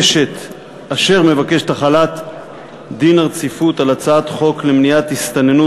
אשר מבקשת להחיל את דין הרציפות על הצעת חוק למניעת הסתננות